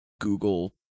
Google